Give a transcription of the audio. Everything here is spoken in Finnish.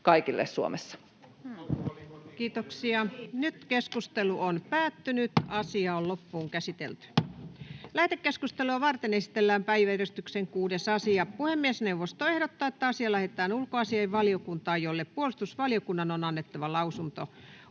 kaikille Suomessa. [Aki Lindén: Alkoholin kotiinkuljetus!] Lähetekeskustelua varten esitellään päiväjärjestyksen 6. asia. Puhemiesneuvosto ehdottaa, että asia lähetetään ulkoasiainvaliokuntaan, jolle puolustusvaliokunnan on annettava lausunto.